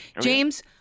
James